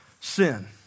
sin